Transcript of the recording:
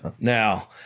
Now